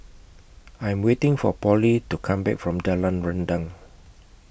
I Am waiting For Polly to Come Back from Jalan Rendang